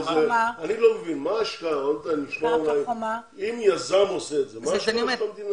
אני לא מבין - אם יזם עושה את זה, מה של המדינה?